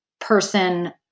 person